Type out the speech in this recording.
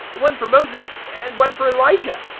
one for moses, and one for elijah.